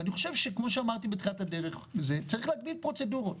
ואני חושב שכמו שאמרתי בתחילת הדרך צריך להגביל פרוצדורות.